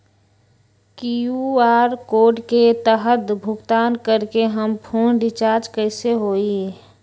QR code के तहद भुगतान करके हम फोन रिचार्ज कैसे होई?